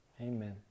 Amen